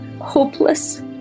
hopeless